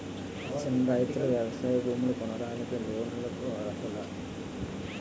చిన్న రైతులు వ్యవసాయ భూములు కొనడానికి లోన్ లకు అర్హులా?